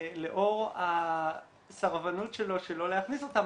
לאור הסרבנות שלו שלא להכניס אותם,